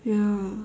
ya